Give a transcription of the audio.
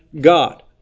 God